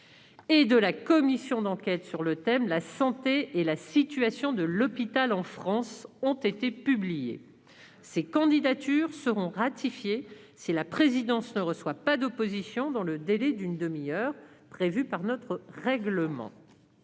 et de la commission d'enquête sur le thème « La santé et la situation de l'hôpital en France » ont été publiées. Ces candidatures seront ratifiées si la présidence ne reçoit pas d'opposition dans le délai d'une heure prévu par notre règlement.